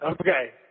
Okay